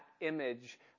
image